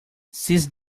seize